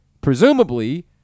Presumably